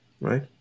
Right